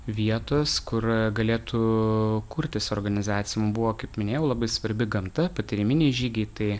vietos kur galėtų kurtis organizacija mum buvo kaip minėjau labai svarbi gamta patyriminiai žygiai tai